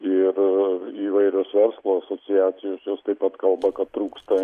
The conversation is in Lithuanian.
ir įvairios verslo asociacijos jos taip pat kalba kad trūksta